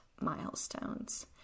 milestones